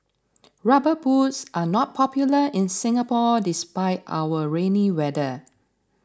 rubber boots are not popular in Singapore despite our rainy weather